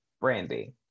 Brandy